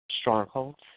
strongholds